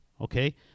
okay